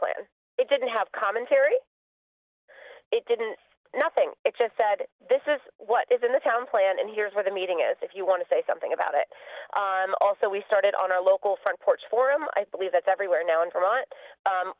plan it didn't have commentary it didn't nothing it just said this is what is in the town plan and here's where the meeting is if you want to say something about it also we started on our local front porch for him i thought we've it's everywhere now in vermont